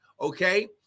okay